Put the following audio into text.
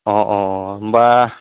अ अ होनबा